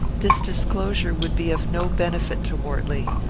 this disclosure would be of no benefit to wortley.